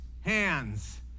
hands